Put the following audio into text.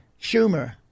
Schumer